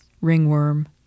ringworm